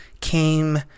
came